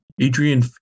adrian